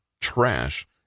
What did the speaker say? trash